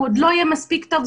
הוא עוד לא יהיה מספיק טוב.